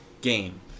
game